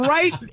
Right